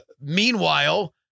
Meanwhile